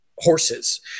horses